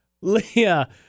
Leah